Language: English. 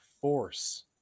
force